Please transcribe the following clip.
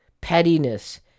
pettiness